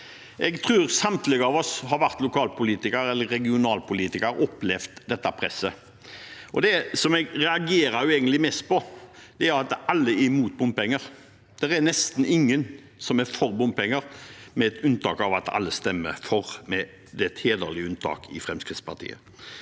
Jeg tror samtlige av oss som har vært lokalpolitikere eller regionalpolitikere, har opplevd dette presset. Det jeg reagerer mest på, er at alle er imot bompenger. Det er nesten ingen som er for bompenger – bortsett fra at alle stemmer for, med Fremskrittspartiet